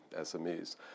SMEs